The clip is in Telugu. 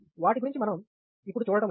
వాటి గురించి మనం ఇప్పుడు చూడటం లేదు